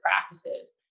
practices